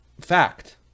fact